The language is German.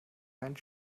keinen